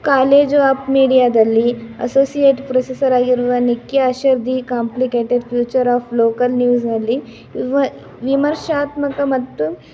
college of ಮೀಡಿಯಾದಲ್ಲಿ associate professor ಆಗಿರುವ Nick Usher the complicated future of local ನ್ಯೂಸಲ್ಲಿ ವಿಮ ವಿಮರ್ಶಾತ್ಮಕ ಮತ್ತು